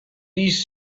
these